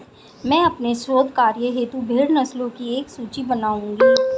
मैं अपने शोध कार्य हेतु भेड़ नस्लों की एक सूची बनाऊंगी